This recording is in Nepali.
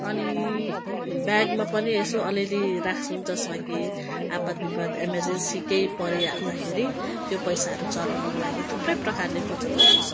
अनि ब्यागमा पनि यसो अलिअलि राख्छौँ जसमा कि आपद विपद इमरजेन्सी केही परिहाल्दाखेरि त्यो पैसाहरू चलाउनुको लागि थुप्रै प्रकारले बचत गर्नसक्छौँ